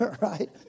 right